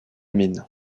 mines